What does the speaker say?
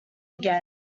again